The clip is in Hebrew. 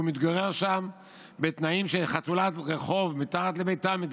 והוא מתגורר שם בתנאים שבהם מתגוררת חתולת הרחוב שמתחת לביתם.